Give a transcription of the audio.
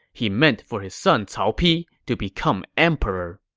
he meant for his son cao pi to become emperor.